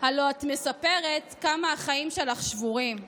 הלוא את מספרת כמה החיים שלך שבורים.